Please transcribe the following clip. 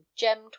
gemmed